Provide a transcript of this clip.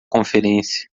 conferência